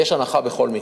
יש הנחה בכל מקרה.